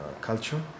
Culture